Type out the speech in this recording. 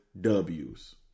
w's